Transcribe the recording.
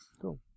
Cool